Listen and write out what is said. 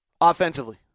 Offensively